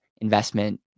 investment